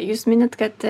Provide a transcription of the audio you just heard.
jūs minit kad